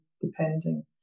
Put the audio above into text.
depending